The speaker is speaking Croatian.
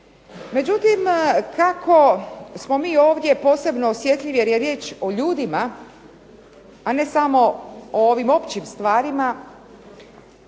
Međutim, kako smo mi ovdje posebno osjetljivi jer je riječ o ljudima, a ne samo o ovim općim stvarima